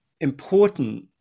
important